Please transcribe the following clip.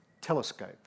telescope